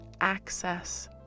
access